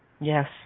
Yes